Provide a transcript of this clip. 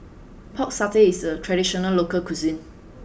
Pork Satay is a traditional local cuisine